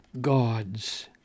God's